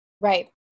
Right